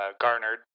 garnered